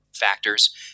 factors